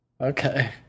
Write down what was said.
Okay